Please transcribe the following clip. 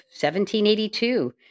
1782